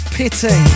pity